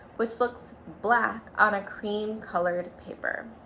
which looks black on a cream colored paper.